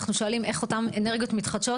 אנחנו שואלים איך אותן אנרגיות מתחדשות